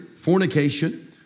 fornication